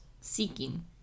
seeking